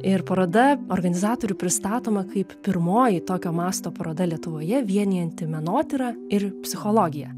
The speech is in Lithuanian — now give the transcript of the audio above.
ir paroda organizatorių pristatoma kaip pirmoji tokio masto paroda lietuvoje vienijanti menotyrą ir psichologiją